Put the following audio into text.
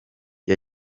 com